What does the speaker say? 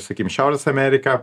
sakykim šiaurės amerika